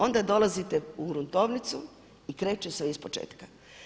Onda dolazite u gruntovnicu i kreće sve iz početka.